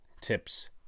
tips